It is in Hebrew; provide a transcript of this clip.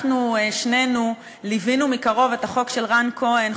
אנחנו שנינו ליווינו מקרוב את החוק של רן כהן,